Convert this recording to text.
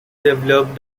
developed